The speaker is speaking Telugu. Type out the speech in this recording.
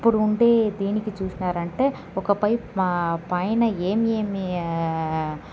ఇప్పుడే ఉండే దీనికి చూసినారంటే ఒకపై పైన ఏమి ఏమి